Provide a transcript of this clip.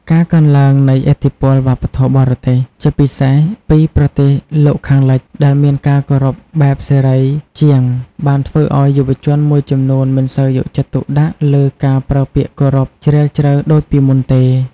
ការកើនឡើងនៃឥទ្ធិពលវប្បធម៌បរទេស ជាពិសេសពីប្រទេសលោកខាងលិច ដែលមានការគោរពបែបសេរីជាង បានធ្វើឱ្យយុវជនមួយចំនួនមិនសូវយកចិត្តទុកដាក់លើការប្រើពាក្យគោរពជ្រាលជ្រៅដូចពីមុនទេ។